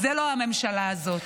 זו לא הממשלה הזאת.